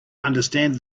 understand